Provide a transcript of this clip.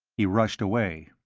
he rushed away.